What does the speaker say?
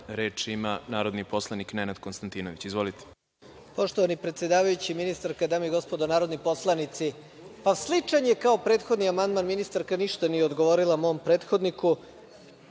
(Da)Reč ima narodni poslanik Nenad Konstantinović. Izvolite. **Nenad Konstantinović** Poštovani predsedavajući, ministarka, dame i gospodo narodni poslanici, sličan je kao prethodni amandman, ministarka ništa nije odgovorila mom prethodniku.